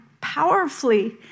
powerfully